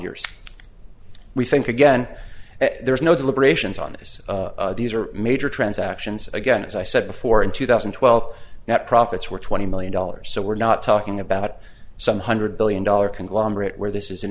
years we think again there's no deliberations on this these are major transactions again as i said before in two thousand and twelve that profits were twenty million dollars so we're not talking about some hundred billion dollars conglomerate where this is